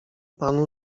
panu